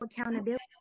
accountability